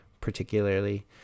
particularly